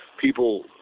people